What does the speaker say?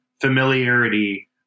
familiarity